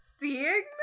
seeing